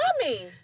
mommy